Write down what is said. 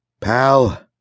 Pal